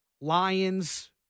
Lions